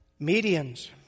Medians